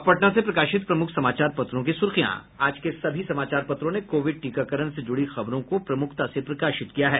अब पटना से प्रकाशित प्रमुख समाचार पत्रों की सुर्खियां आज के सभी समाचार पत्रों ने कोविड टीकाकरण से जुड़ी खबरों को प्रमुखता से प्रकाशित किया है